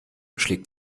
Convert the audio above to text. schlägt